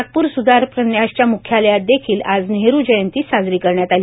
नागपूर सुधार प्रन्यासच्या मुख्यालयात देखील आज नेहरू जयंती साजरी करण्यात आली